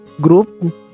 group